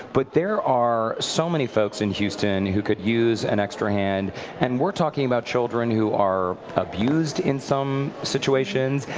but there are so many folks in houston who could use an extra hand and we're talking about children who are abused in some situations,